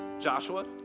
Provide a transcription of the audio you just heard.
Joshua